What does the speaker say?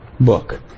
book